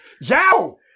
Yow